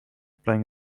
playing